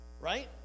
right